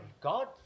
God